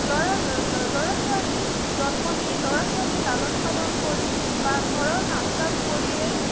ল'ৰাৰ ল'ৰা ছোৱালী জন্ম দি ল'ৰা ছোৱালী লালন পালন কৰি বা ঘৰৰ কাম কাজ কৰিয়েই